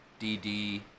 DD